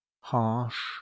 harsh